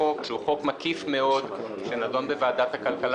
החוק הוא חוק מקיף מאוד שנדון בוועדת הכלכלה